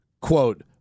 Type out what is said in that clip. quote